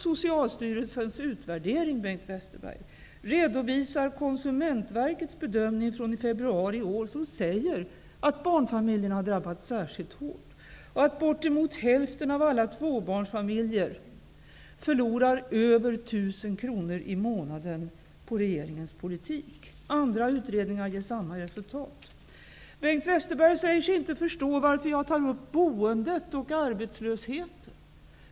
Socialstyrelsens utvärdering redovisar Konsumentverkets bedömning från februari i år, som säger att barnfamiljerna har drabbats särskilt hårt och att bort emot hälften av alla tvåbarnsfamiljer förlorar över 1 000 kr i månaden på regeringens politik. Andra utredningar ger samma resultat. Bengt Westerberg säger sig inte förstå varför jag tar upp boendet och arbetslösheten.